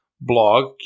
blog